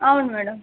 అవును మేడం